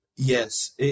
Yes